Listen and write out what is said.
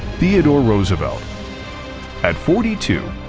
theodore roosevelt at forty two,